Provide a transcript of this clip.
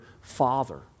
father